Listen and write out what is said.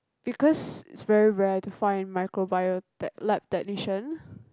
because it's very rare to find microbio lab technician